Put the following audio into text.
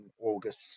August